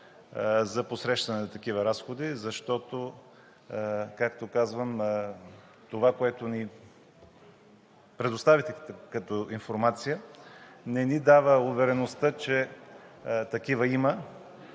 за посрещане на такива разходи? Защото това, което ни предоставихте като информация, не ни дава увереността, че такива